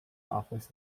office